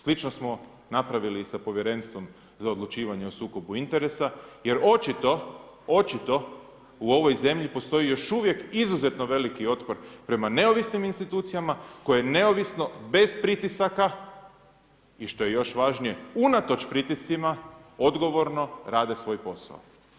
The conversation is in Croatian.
Slično smo napravili i sa Povjerenstvom za odlučivanje o sukobu interesa jer očito u ovoj zemlji postoji još uvijek izuzetno veliki otpor prema neovisnim institucijama koje neovisno bez pritisaka i što je još važnije, unatoč pritiscima odgovorno rade svoj posao.